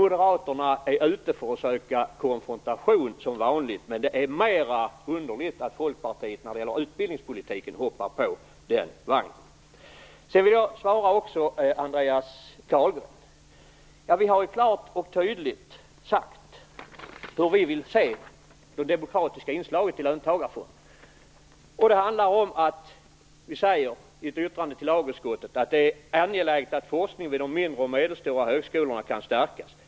Moderaterna är ute efter att söka konfrontation som vanligt. Det är mer underligt att Folkpartiet hoppar på den vagnen när det gäller utbildningspolitiken. Jag vill också svara Andreas Carlgren. Vi har ju klart och tydligt sagt hur vi vill se det demokratiska inslaget i löntagarfonderna. Vi säger i ett yttrande till lagutskottet att det är angeläget att forskningen vid de mindre och medelstora högskolorna kan stärkas.